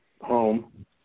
home